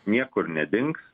niekur nedings